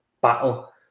battle